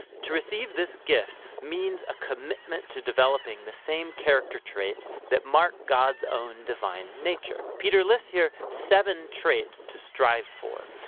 to receive this gift means a commitment to developing the same character traits that mark god's own divine nature. peter lists here seven traits to strive for.